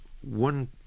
one